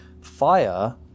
fire